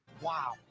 Wow